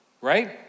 right